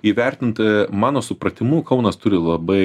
įvertint mano supratimu kaunas turi labai